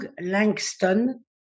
Langston